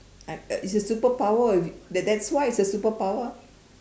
I'm it's a superpower that that's why it's a superpower